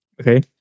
Okay